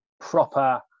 proper